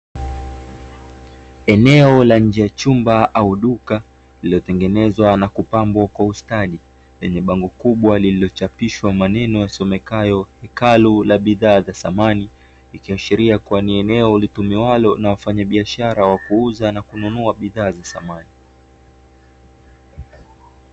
Eneo la nje chumba au duka lililotengenezwa na kupambwa kwa ustadi lenye bango kubwa lililochapishwa maneno yasomekayo "Hekalu la Bidhaa za Samani" ikiashiria kuwa ni eneo litumiwalo na wafanyabiashara wa kuuza na kununua bidhaa za samani.